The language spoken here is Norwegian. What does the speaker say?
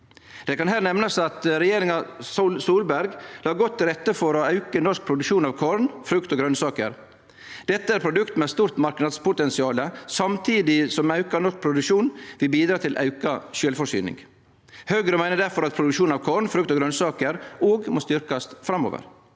Her vil eg nemne at Solberg-regjeringa la godt til rette for å auke norsk produksjon av korn, frukt og grønsaker. Dette er produkt med eit stort marknadspotensial, samtidig som auka norsk produksjon vil bidra til auka sjølvforsyning. Høgre meiner difor at produksjon av korn, frukt og grønsaker òg må styrkjast framover.